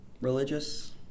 religious